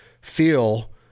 feel